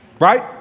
Right